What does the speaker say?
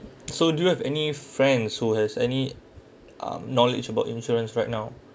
so do you have any friends who has any um knowledge about insurance right now